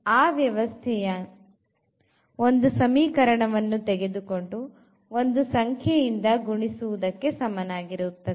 ಅಂದರೆ ಆ ವ್ಯವಸ್ಥೆಯ ಒಂದು ಸಮೀಕರಣ ವನ್ನು ತೆಗೆದುಕೊಂಡು ಒಂದು ಸಂಖ್ಯೆ ಇಂದ ಗುಣಿಸುವುದಕ್ಕೆ ಸಮನಾಗಿರುತ್ತದೆ